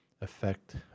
affect